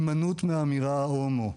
הימנעות מאמירת המילה "הומו".